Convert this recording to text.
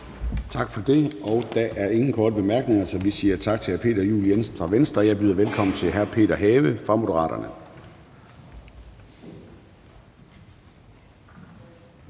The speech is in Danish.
Tak for det. Der er ingen korte bemærkninger. Vi siger tak til hr. Peter Juel-Jensen fra Venstre. Jeg byder velkommen til hr. Peter Have fra Moderaterne.